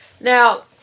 Now